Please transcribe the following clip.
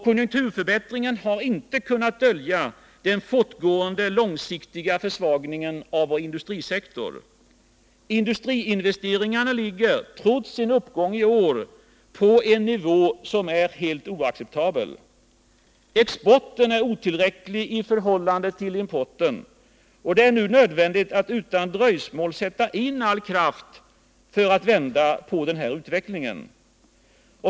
Konjunkturförbättringen har inte kunnat dölja den fortgående långsiktiga försvagningen av vår industrisektor. Industriinvesteringarna ligger, trots en uppgång i år, på en nivå som är helt oacceptabel. Exporten är otillräcklig i förhållande till importen. Det är nu nödvändigt att utan dröjsmål sätta in all kraft för att vända på den utvecklingen.